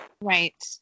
Right